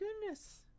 goodness